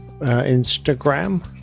Instagram